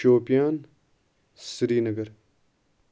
Shopian Srinagar